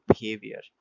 behavior